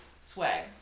Swag